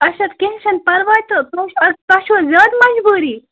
اچھا کیٚنٛہہ چھِنہٕ پرواے تہٕ تُہۍ چھ تۄہہِ چھَوا زیادٕ مجبوٗری